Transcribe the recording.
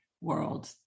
world